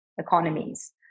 economies